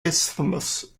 isthmus